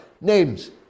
names